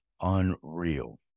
unreal